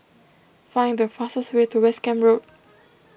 find the fastest way to West Camp Road